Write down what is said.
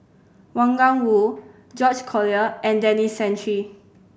Wang Gungwu George Collyer and Denis Santry